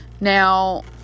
Now